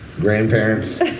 grandparents